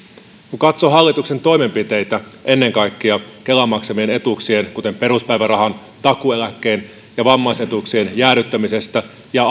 kun katsoo hallituksen toimenpiteitä ennen kaikkea kelan maksamien etuuksien kuten peruspäivärahan takuueläkkeen ja vammaisetuuksien jäädyttämistä ja